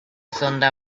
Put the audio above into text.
sonda